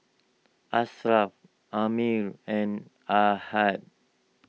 Ashraff Ammir and Ahad